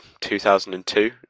2002